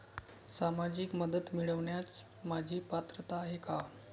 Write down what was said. सामाजिक मदत मिळवण्यास माझी पात्रता आहे का?